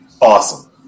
awesome